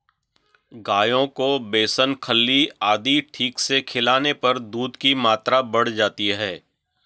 गायों को बेसन खल्ली आदि ठीक से खिलाने पर दूध की मात्रा बढ़ जाती है